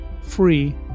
free